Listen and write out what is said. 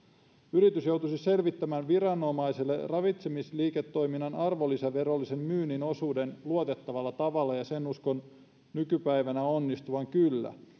yritys joutuisi selvittämään viranomaiselle ravitsemisliiketoiminnan arvonlisäverollisen myynnin osuuden luotettavalla tavalla ja sen uskon nykypäivänä onnistuvan kyllä